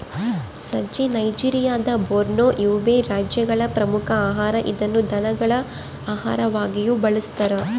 ಸಜ್ಜೆ ನೈಜೆರಿಯಾದ Borno, Yobe ರಾಜ್ಯಗಳ ಪ್ರಮುಖ ಆಹಾರ ಇದನ್ನು ದನಗಳ ಆಹಾರವಾಗಿಯೂ ಬಳಸ್ತಾರ